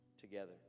together